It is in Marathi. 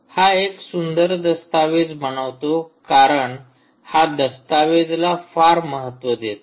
हा एक सुंदर दस्तावेज बनवतो कारण हा दस्तावेजला फार महत्त्व देतो